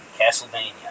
Castlevania